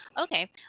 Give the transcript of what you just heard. Okay